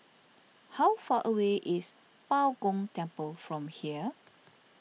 how far away is Bao Gong Temple from here